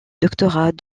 doctorat